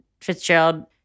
fitzgerald